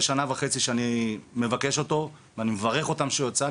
אחרי שנה וחצי שאני מבקש אותו ואני מברך אותם על שהוציאו אותו,